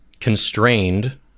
constrained